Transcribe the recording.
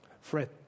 Fred